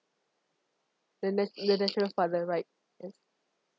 the nat~ the natural father right yes